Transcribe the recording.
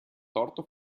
torto